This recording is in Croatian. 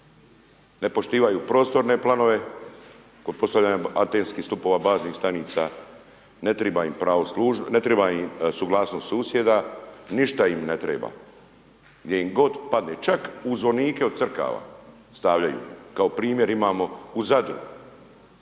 Ne poštivaju prostorne planove, kod postavljenje atenskih stupova, baznih stanica, ne trebam pravo služiti, ne treba im suglasnost susjeda, ništa im ne treba, gdje im god padne, čak u zvonike od crkava stavljaju. Kao primjer imamo u Zadru,